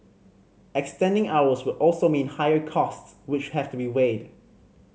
extending hours would also mean higher costs which have to be weighed